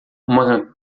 uma